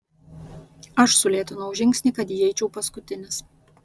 aš sulėtinau žingsnį kad įeičiau paskutinis